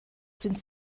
sind